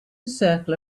circle